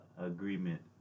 agreement